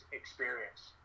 experience